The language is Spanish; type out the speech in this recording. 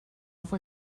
fue